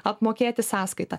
apmokėti sąskaitą